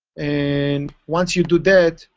and once you do that,